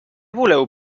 voleu